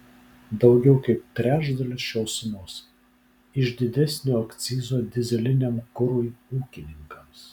daugiau kaip trečdalis šios sumos iš didesnio akcizo dyzeliniam kurui ūkininkams